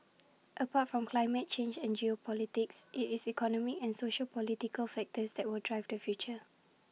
apart from climate change and geopolitics IT is economic and sociopolitical factors that will drive the future